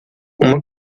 uma